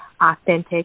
authentic